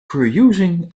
perusing